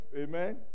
Amen